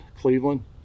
Cleveland